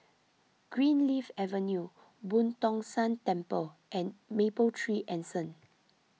Greenleaf Avenue Boo Tong San Temple and Mapletree Anson